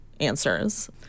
answers